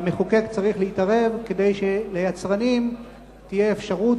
והמחוקק צריך להתערב כדי שליצרנים תהיה אפשרות